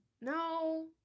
No